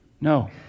No